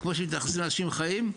וכמו שמתייחסים לאנשים חיים,